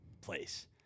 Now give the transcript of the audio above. place